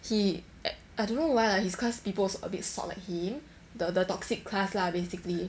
he err I don't know why lah his class people also a bit sot like him the the toxic class lah basically